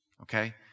Okay